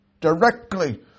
directly